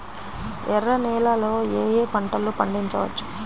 ఎర్ర నేలలలో ఏయే పంటలు పండించవచ్చు?